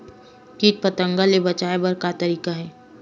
कीट पंतगा ले बचाय बर का तरीका हे?